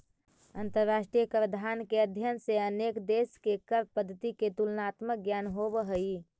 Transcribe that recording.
अंतरराष्ट्रीय कराधान के अध्ययन से अनेक देश के कर पद्धति के तुलनात्मक ज्ञान होवऽ हई